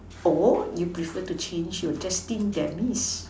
or you prefer to change your destined demise